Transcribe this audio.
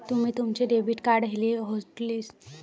तुम्ही तुमचे debit card hotlist केले आहे का?